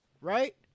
right